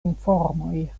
informoj